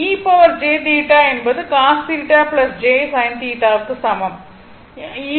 e jθ என்பது cos θ j sin θ க்கு சமம் ஆகும்